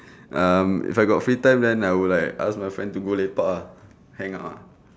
um if I got free time then I will like ask my friends to go lepak ah hang out ah